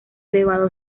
elevado